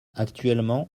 actuellement